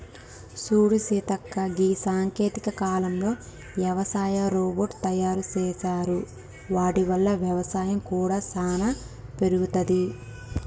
సూడు సీతక్క గీ సాంకేతిక కాలంలో యవసాయ రోబోట్ తయారు సేసారు వాటి వల్ల వ్యవసాయం కూడా సానా పెరుగుతది